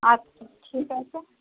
আচ্ছা ঠিক আছে